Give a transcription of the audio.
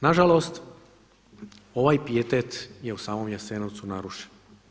Nažalost ovaj pijetet je u samo Jasenovcu narušen.